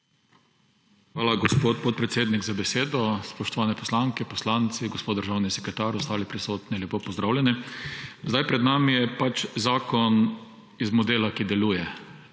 Hvala, gospod podpredsednik, za besedo. Spoštovane poslanke, poslanci, gospod državni sekretar, ostali prisotni, lepo pozdravljeni! Pred nami je zakon iz modela, ki deluje.